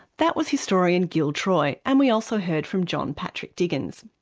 that was historian gil troy, and we also heard from john patrick diggins.